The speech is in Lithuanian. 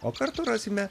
o kartu rasime